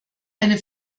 eine